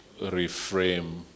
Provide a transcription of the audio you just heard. reframe